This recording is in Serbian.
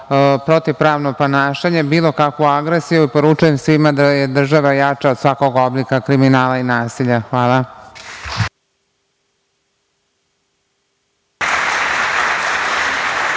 protivpravno ponašanje, bilo kakvu agresiju i poručujem svima da je država jača od svakog oblika kriminala i nasilja. Hvala.